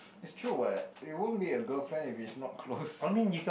it's true what it won't be a girlfriend if it's not close